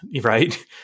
Right